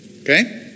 Okay